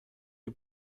you